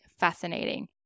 fascinating